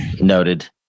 Noted